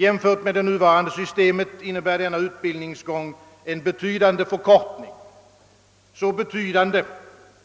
Jämfört med nuvarande system innebär denna utbildningsgång en betydande förkortning, så betydande